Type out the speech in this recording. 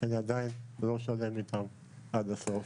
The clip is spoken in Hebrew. שאני עדיין לא שלם איתם עד הסוף.